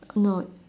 no